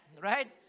Right